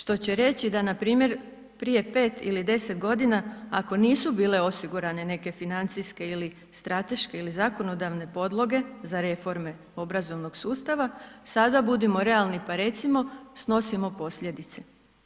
Što će reći da npr. prije 5 ili 10 godina ako nisu bile osigurane neke financijske ili strateške ili zakonodavne podloge za reforme obrazovnog sustava, sada budimo realni pa recimo, snosimo posljedice.